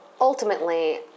ultimately